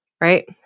right